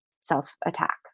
self-attack